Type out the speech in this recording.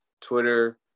Twitter